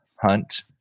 Hunt